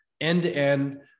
end-to-end